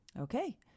Okay